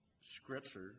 Scripture